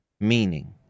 meaning